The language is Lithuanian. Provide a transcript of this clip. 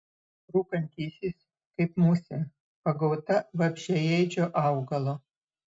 rūkantysis kaip musė pagauta vabzdžiaėdžio augalo